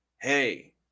Hey